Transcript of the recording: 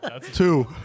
two